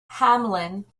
hamlin